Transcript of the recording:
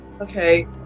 Okay